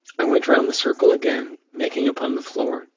i went round the circle again, making upon the floor,